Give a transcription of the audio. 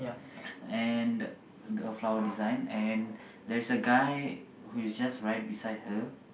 and the the flower design and there is a guy who is just right beside her